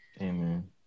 Amen